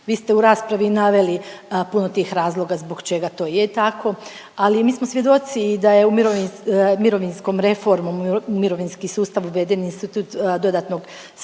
Vi ste u raspravi naveli puno tih razloga zbog čega to je tako ali mi smo svjedoci i da je mirovinskom reformom u mirovinski sustav uveden institut dodatnog staža